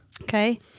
Okay